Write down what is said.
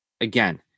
Again